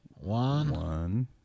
one